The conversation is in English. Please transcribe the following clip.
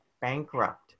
bankrupt